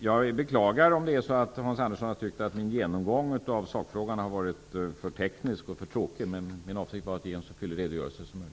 Jag beklagar om Hans Andersson tyckte att min genomgång av sakfrågan var för teknisk och tråkig. Min avsikt var att ge en så fyllig redogörelse som möjligt.